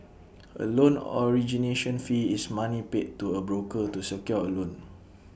A loan origination fee is money paid to A broker to secure A loan